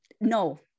no